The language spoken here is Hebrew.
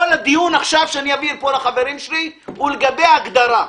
כל הדיון שאני אעביר עכשיו לחברים שלי הוא לגבי הגדרה.